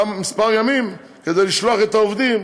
כמה ימים כדי לשלוח את העובדים